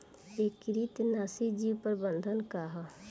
एकीकृत नाशी जीव प्रबंधन का ह?